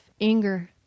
anger